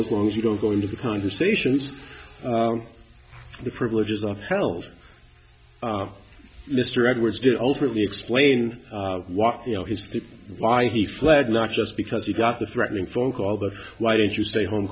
as long as you don't go into the conversations the privileges of held mr edwards did ultimately explain walk you know his why he fled not just because he got the threatening phone call that why didn't you stay home